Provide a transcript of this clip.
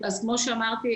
כמו שאמרתי,